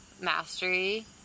mastery